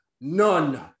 None